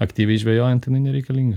aktyviai žvejojant jinai nereikalinga